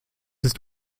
ist